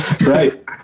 right